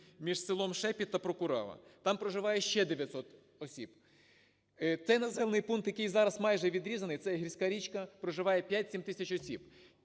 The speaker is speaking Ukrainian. між селом Шепіт та Прокурава. Там проживає ще 900 осіб. Цей населений пункт, який зараз майже відрізаний, це гірська річка, проживає 5-7 тисяч осіб.